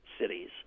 cities